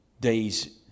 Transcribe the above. days